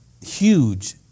huge